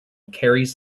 carries